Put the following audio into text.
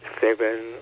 seven